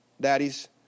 daddies